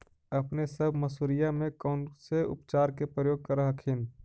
अपने सब मसुरिया मे कौन से उपचार के प्रयोग कर हखिन?